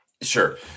Sure